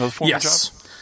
Yes